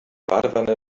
badewanne